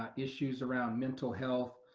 um issues around mental health,